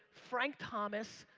frank thomas.